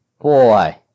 Boy